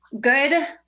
Good